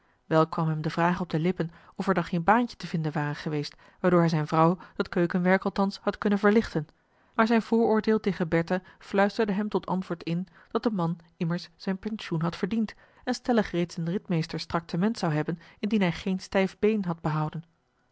kwam hem de vraag op de lippen of er dan geen baantje te vinden ware geweest waardoor hij zijn vrouw dat keukenwerk althans had kunnen verlichten maar zijn vooroordeel tegen bertha fluisterde hem tot antwoord in dat de man immers zijn pensioen had verdiend en stellig reeds een ritmeesters tractement zou hebben indien hij geen stijf been had behouden